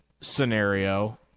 scenario